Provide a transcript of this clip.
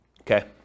Okay